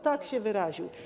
Tak się wyraził.